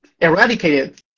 eradicated